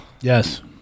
Yes